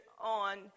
on